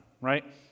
right